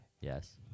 Yes